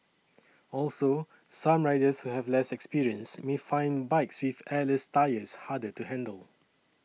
also some riders who have less experience may find bikes with airless tyres harder to handle